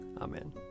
Amen